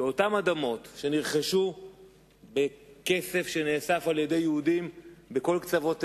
שאותן אדמות שנרכשו בכסף שנאסף על-ידי יהודים בכל קצוות תבל,